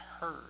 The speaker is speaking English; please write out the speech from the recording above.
heard